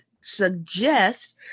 suggest